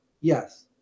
Yes